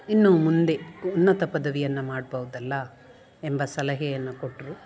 ಇನ್ನು ಮುಂದೆ ಉನ್ನತ ಪದವಿಯನ್ನು ಮಾಡ್ಬೌದಲ್ಲ ಎಂಬ ಸಲಹೆಯನ್ನು ಕೊಟ್ಟರು